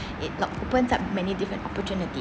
it lo~ opens up many different opportunities